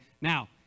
Now